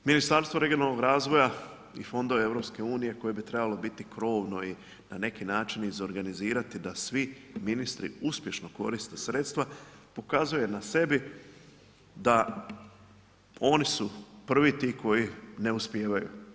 Ministarstvo regionalnog razvoja i fondova EU koji bi trebalo biti krovno i na neki način izorganizirati da svi ministri uspješno koriste sredstva pokazuje na sebi da, oni su prvi ti koji ne uspijevaju.